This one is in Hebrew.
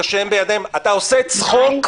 ומטושיהם בידיהם אתה עושה צחוק,